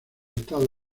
estados